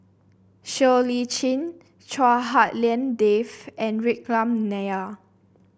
Siow Lee Chin Chua Hak Lien Dave and Vikram Nair